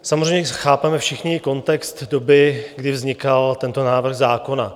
Samozřejmě chápeme všichni kontext doby, kdy vznikal tento návrh zákona.